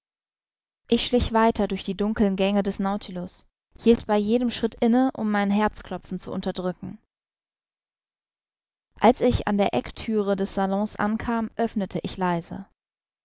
ich schlich weiter durch die dunkeln gänge des nautilus hielt bei jedem schritt inne um mein herzklopfen zu unterdrücken als ich an der eckthüre des salons ankam öffnete ich leise